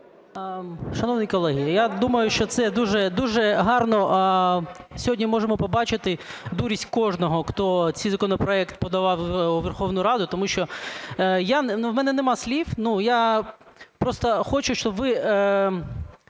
Шановні колеги, я думаю, що це дуже гарно сьогодні можемо побачити дурість кожного, хто цей законопроект подавав у Верховну Раду. Тому що у мене нема слів, я просто хочу, щоб ви